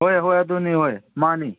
ꯍꯣꯏ ꯍꯣꯏ ꯑꯗꯨꯅꯤ ꯍꯣꯏ ꯃꯥꯅꯤ